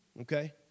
Okay